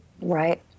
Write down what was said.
right